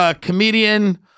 comedian